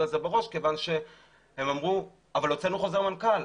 על זה בראש כיוון שהם אמרו שהוציאו חוזר מנכ"ל,